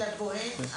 גיל הכהן.